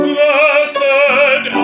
Blessed